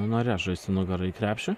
norės žaisti nugara į krepšį